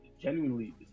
genuinely